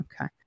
Okay